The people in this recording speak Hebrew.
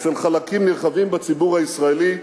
אצל חלקים נרחבים בציבור הישראלי,